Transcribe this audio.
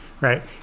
right